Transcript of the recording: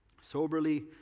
soberly